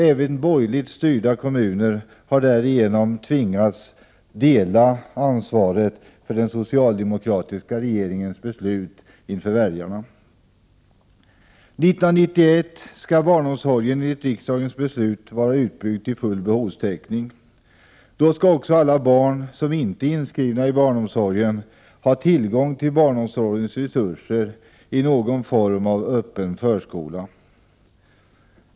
Även borgerligt styrda kommuner har därigenom tvingats att inför väljarna dela ansvaret för den socialdemokratiska regeringens beslut. År 1991 skall barnomsorgen enligt riksdagens beslut vara utbyggd till full behovstäckning. Då skall också alla barn som inte är inskrivna i barnomsorgen ha tillgång till barnomsorgens resurser i någon form av öppen förskola.